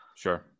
Sure